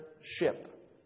ship